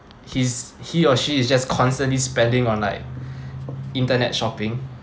he's he or she is just constantly spending on like internet shopping